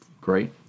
great